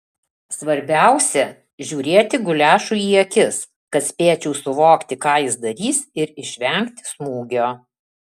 svarbiausia žiūrėti guliašui į akis kad spėčiau suvokti ką jis darys ir išvengti smūgio